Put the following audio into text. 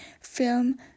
film